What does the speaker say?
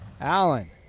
Allen